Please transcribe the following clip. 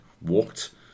walked